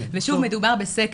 ושוב, מדובר בסקר.